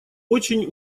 очень